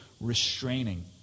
restraining